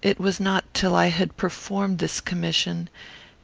it was not till i had performed this commission